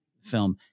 film